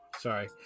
Sorry